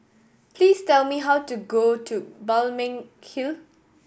please tell me how to go to Balmeg Hill